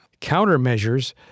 Countermeasures